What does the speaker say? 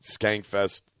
Skankfest